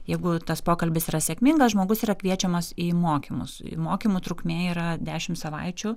jeigu tas pokalbis yra sėkmingas žmogus yra kviečiamas į mokymus mokymų trukmė yra dešimt savaičių